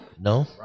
No